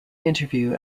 interview